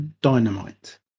dynamite